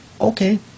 okay